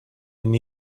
and